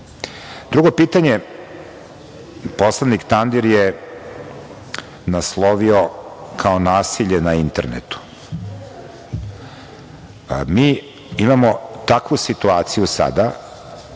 nivou. Drugo pitanje, poslanik Tandir je naslovio kao nasilje na internetu. Mi imamo takvu situaciju sada